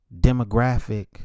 demographic